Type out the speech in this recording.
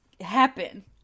happen